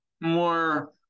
more